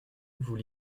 vous